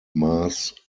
mass